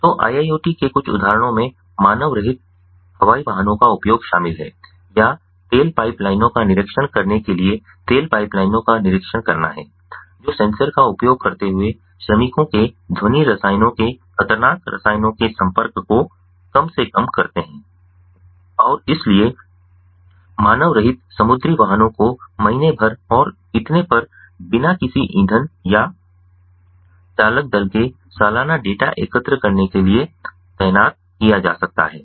तो IIoT के कुछ उदाहरणों में मानवरहित हवाई वाहनों का उपयोग शामिल है या तेल पाइपलाइनों का निरीक्षण करने के लिए तेल पाइपलाइनों का निरीक्षण करना है जो सेंसर का उपयोग करते हुए श्रमिकों के ध्वनि रसायनों के खतरनाक रसायनों के संपर्क को कम से कम करते हैं और इसलिए मानव रहित समुद्री वाहनों को महीने भर और इतने पर बिना किसी ईंधन या चालक दल के सालाना डेटा एकत्र करने के लिए तैनात किया जा सकता है